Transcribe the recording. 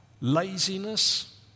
laziness